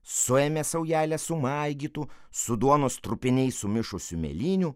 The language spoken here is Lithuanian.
suėmė saujelę sumaigytų su duonos trupiniais sumišusių mėlynių